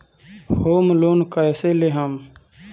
Home loan कैसे लेहम?